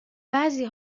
بعضی